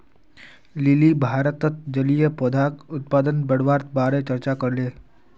lily भारतत जलीय पौधाक उत्पादन बढ़वार बारे चर्चा करले